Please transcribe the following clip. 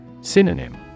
Synonym